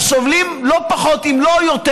סובלים לא פחות אם לא יותר